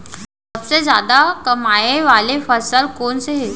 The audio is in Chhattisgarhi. सबसे जादा कमाए वाले फसल कोन से हे?